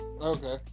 okay